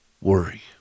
worry